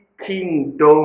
kingdom